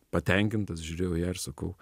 patenkintas žiūrėjau į ją ir sakau